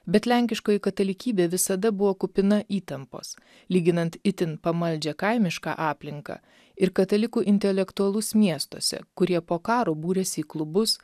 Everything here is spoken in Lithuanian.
bet lenkiškoji katalikybė visada buvo kupina įtampos lyginant itin pamaldžią kaimišką aplinką ir katalikų intelektualus miestuose kurie po karo būrėsi į klubus